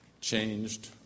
changed